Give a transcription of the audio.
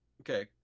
Okay